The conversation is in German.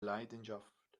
leidenschaft